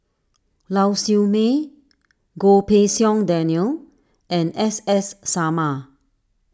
Lau Siew Mei Goh Pei Siong Daniel and S S Sarma